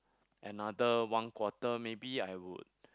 another one quarter maybe I would